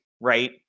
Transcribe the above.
right